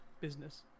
business